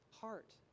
heart